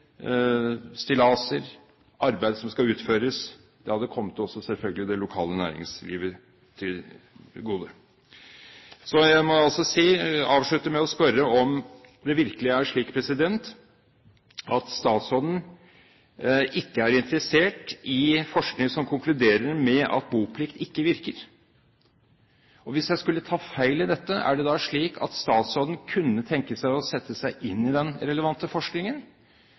arbeid som skal utføres. Det hadde selvfølgelig også kommet det lokale næringslivet til gode. Jeg må avslutte med å spørre om det virkelig er slik at statsråden ikke er interessert i forskning som konkluderer med at boplikt ikke virker. Og hvis jeg skulle ta feil i dette, er det da slik at statsråden kunne tenke seg å sette seg inn i den relevante forskningen,